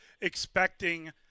expecting